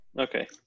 Okay